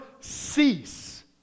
cease